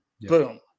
Boom